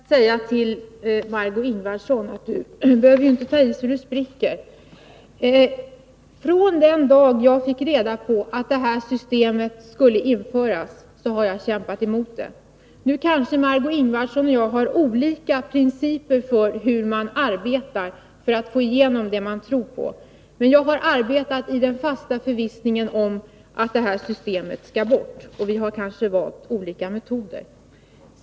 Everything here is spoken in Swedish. Fru talman! Först vill jag säga till Margö Ingvardsson att hon inte behöver ta i så att hon spricker. Från den dagen då jag fick reda på att detta system skulle införas har jag kämpat emot det. Nu kanske Marg6ö Ingvardsson och jag har olika principer för hur man arbetar för att få igenom det man tror på. Men jag har arbetat i den fasta förvissningen att detta system skall bort. Vi har kanske valt olika metoder.